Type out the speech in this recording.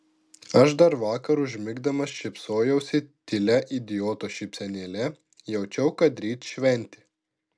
aš dar vakar užmigdamas šypsojausi tylia idioto šypsenėle jaučiau kad ryt šventė